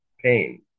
pain